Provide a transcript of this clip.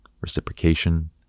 reciprocation